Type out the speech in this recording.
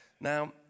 Now